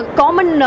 common